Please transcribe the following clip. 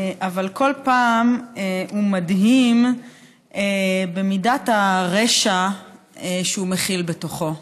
אבל כל פעם הוא מדהים במידת הרשע שהוא מכיל בתוכו.